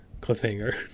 cliffhanger